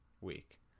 week